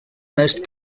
most